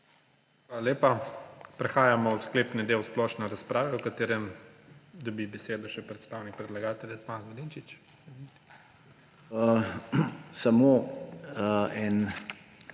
Hvala lepa. Prehajamo v sklepni del splošne razprave, v katerem dobi besedo še predstavnik predlagatelja Zmago Jelinčič. **ZMAGO